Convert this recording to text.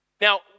Now